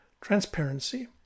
Transparency